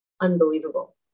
unbelievable